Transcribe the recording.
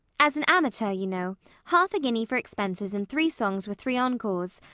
as an amateur, you know half a guinea for expenses and three songs with three encores.